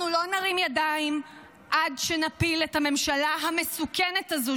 אנחנו לא נרים ידיים עד שנפיל את הממשלה המסוכנת הזאת,